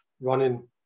running